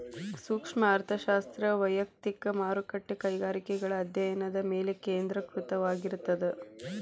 ಸೂಕ್ಷ್ಮ ಅರ್ಥಶಾಸ್ತ್ರ ವಯಕ್ತಿಕ ಮಾರುಕಟ್ಟೆ ಕೈಗಾರಿಕೆಗಳ ಅಧ್ಯಾಯನದ ಮೇಲೆ ಕೇಂದ್ರೇಕೃತವಾಗಿರ್ತದ